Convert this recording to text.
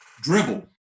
dribble